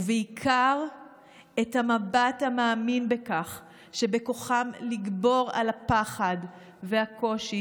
ובעיקר את המבט המאמין בכך שבכוחם לגבור על הפחד והקושי